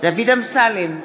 דוד אמסלם,